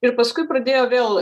ir paskui pradėjo vėl